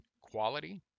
quality